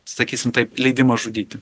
sakysim taip leidimą žudyti